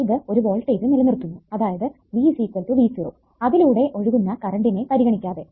അത് ഒരു വോൾടേജ് നിലനിർത്തുന്നു അതായത് V V0 അതിലൂടെ ഒഴുക്കുന്ന കറണ്ടിനെ പരിഗണിക്കാതെ